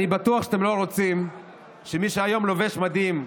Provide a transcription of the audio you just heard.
בטוח שאתם לא רוצים שמי שהיום לובש מדים,